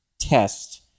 test